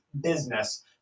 business